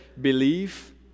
believe